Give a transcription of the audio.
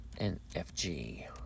NFG